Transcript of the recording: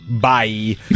Bye